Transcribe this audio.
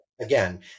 Again